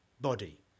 body